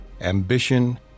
ambition